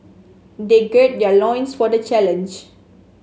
they gird their loins for the challenge